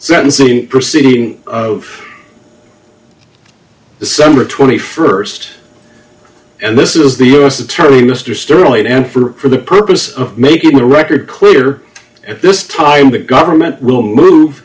sentencing proceeding december twenty first and this is the u s attorney mr sterling and for the purpose of making the record clear at this time the government will move